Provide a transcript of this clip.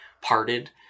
parted